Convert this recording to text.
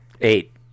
eight